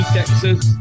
Texas